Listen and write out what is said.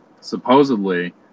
supposedly